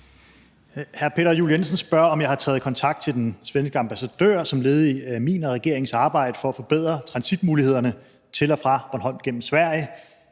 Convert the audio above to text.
Hr. Peter Juel-Jensen spørger, om jeg har taget kontakt til den svenske ambassadør som led i min og regeringens arbejde for at forbedre transitmulighederne til og fra Bornholm gennem Sverige.